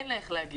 אין לה איך להגיע.